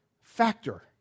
factor